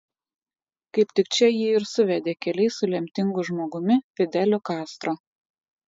kaip tik čia jį ir suvedė keliai su lemtingu žmogumi fideliu kastro